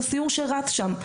זה סיור שרץ שם,